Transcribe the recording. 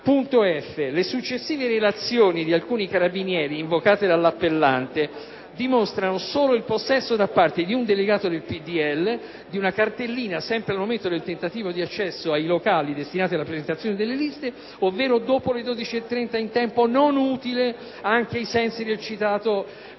Le successive relazioni di alcuni carabinieri, invocate dall'appellante, dimostrano solo il possesso da parte di un delegato del PdL di una cartellina, sempre al momento del tentativo di accesso ai locali destinati alla presentazione delle liste, ovvero dopo le ore 12,30 in tempo non utile anche ai sensi del decreto-legge n.